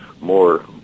more